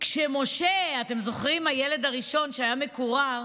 כשמשה, אתם זוכרים, הילד הראשון, שהיה מקורר,